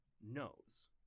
knows